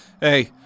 Hey